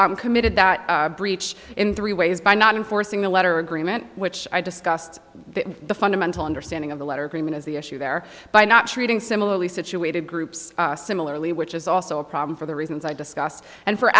we committed that breach in three ways by not enforcing the letter agreement which i discussed the fundamental understanding of the letter agreement is the issue there by not treating similarly situated groups similarly which is also a problem for the reasons i discussed and for